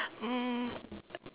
um